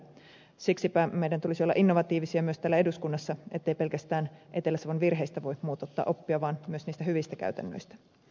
siksipä meidän tulisi olla innovatiivisia myös täällä eduskunnassa etteivät pelkästään etelä savon virheistä voi muut ottaa oppia vaan myös niistä hyvistä käytännöistä